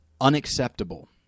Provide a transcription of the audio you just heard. Unacceptable